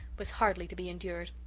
was hardly to be endured.